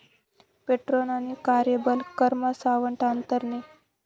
petrol आणि कार्यबल करमा सावठं आंतर नै